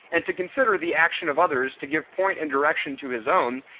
and to consider the action of others to give point and direction to his own,